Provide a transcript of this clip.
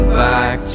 back